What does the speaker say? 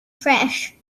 fresh